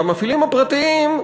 והמפעילים הפרטיים,